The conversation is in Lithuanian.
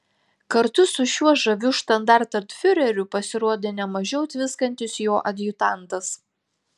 kartu su šiuo žaviu štandartenfiureriu pasirodė ne mažiau tviskantis jo adjutantas